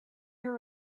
her